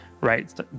right